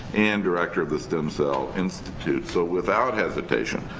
and director of the stem cell institute. so without hesitation,